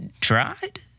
tried